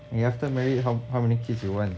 你 after married how how many kids you want